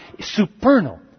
supernal